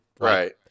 Right